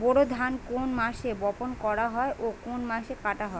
বোরো ধান কোন মাসে বপন করা হয় ও কোন মাসে কাটা হয়?